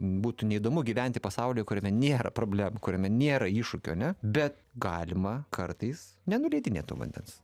būtų neįdomu gyventi pasaulyje kuriame nėra problemų kuriame nėra iššūkio ane bet galima kartais nenuleidinėt to vandens